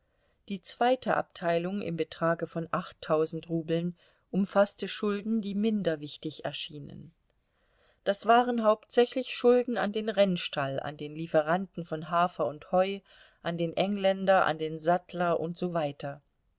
die zweite abteilung im betrage von achttausend rubeln umfaßte schul den die minder wichtig erschienen das waren hauptsächlich schulden an den rennstall an den lieferanten von hafer und heu an den engländer an den sattler und so weiter